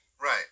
Right